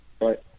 right